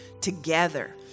together